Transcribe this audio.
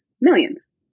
millions